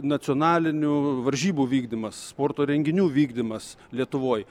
nacionalinių varžybų vykdymas sporto renginių vykdymas lietuvoj